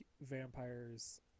vampires